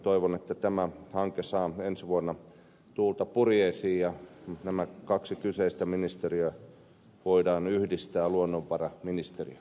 toivon että tämä hanke saa ensi vuonna tuulta purjeisiin ja nämä kaksi ministeriötä voidaan yhdistää luonnonvaraministeriöksi